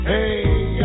Hey